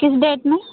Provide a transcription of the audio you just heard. किस डेट में